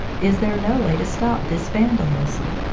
is there no way to stop this vandalism?